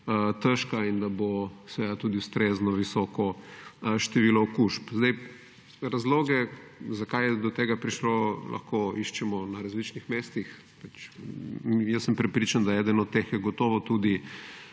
težka in da bo tudi ustrezno visoko število okužb. Razloge, zakaj je do tega prišlo, lahko iščemo na različnih mestih. Jaz sem prepričan, da je eden od teh gotovo tudi